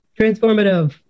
transformative